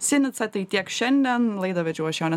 sinica tai tiek šiandien laidą vedžiau aš jonė